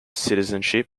citizenship